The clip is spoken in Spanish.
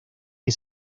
que